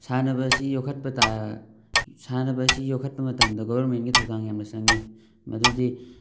ꯁꯥꯟꯅꯕ ꯑꯁꯤ ꯌꯣꯈꯠꯄ ꯇꯥ ꯁꯥꯟꯅꯕ ꯑꯁꯤ ꯌꯣꯈꯠꯄ ꯃꯇꯝꯗ ꯒꯣꯕꯔꯟꯃꯦꯟꯒꯤ ꯊꯧꯗꯥꯡ ꯌꯥꯝꯅ ꯆꯪꯉꯤ ꯃꯗꯨꯗꯤ